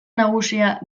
nagusia